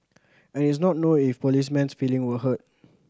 it is not known if policeman's feeling was hurt